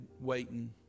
waiting